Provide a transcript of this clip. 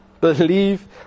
Believe